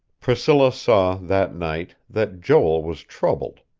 priscilla saw, that night, that joel was troubled.